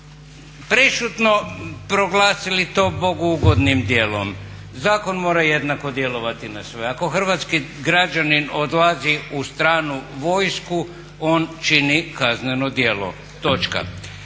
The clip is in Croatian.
prešutno proglasili to Bogu ugodnim djelom. Zakon mora jednako djelovati na sve. Ako hrvatski građanin odlazi u stranu vojsku on čini kazneno djelo, točka.